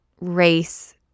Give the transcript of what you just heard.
race